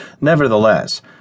Nevertheless